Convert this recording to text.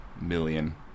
million